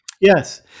yes